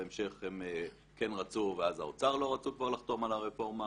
בהמשך הם כן רצו ואז האוצר לא רצה לחתום על הרפורמה.